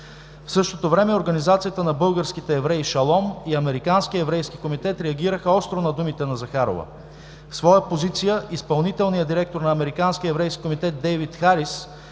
В същото време Организацията на българските евреи „Шалом“ и Американският еврейски комитет реагираха остро на думите на Захарова. В своя позиция изпълнителният директор на Американския еврейски комитет Дейвид Харис